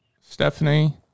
Stephanie